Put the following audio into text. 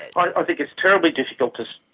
i ah think it's terribly difficult to.